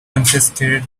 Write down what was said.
confiscated